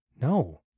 No